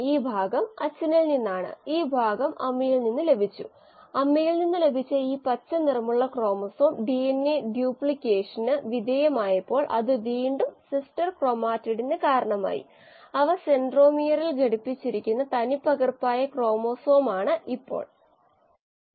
ഈ സാഹചര്യങ്ങളിലെല്ലാം കോശങ്ങൾ തന്നെയാണ് ബയോ റിയാക്ടറിൽ നിന്നുള്ള പ്രധാന ഉൽപ്പന്നം കൂടാതെ എല്ലാ ശ്രമങ്ങളും നമുക്ക് ആവശ്യമായ കോശങ്ങളുടെ സാന്ദ്രത ഉണ്ടെന്ന് ഉറപ്പുവരുത്തുന്നതിലേക്ക് പോകുന്നു ആവശ്യമുള്ളത് എനിക്ക് തോന്നുന്നു ഞാൻ നിർദ്ദേശിച്ച ഒരു വീഡിയോ ഇവിടെ ഉണ്ടെന്ന്